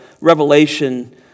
revelation